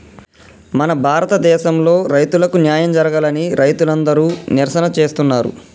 మన భారతదేసంలో రైతులకు న్యాయం జరగాలని రైతులందరు నిరసన చేస్తున్నరు